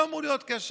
לא אמור להיות קשר.